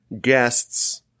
guests